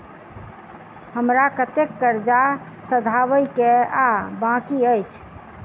हमरा कतेक कर्जा सधाबई केँ आ बाकी अछि?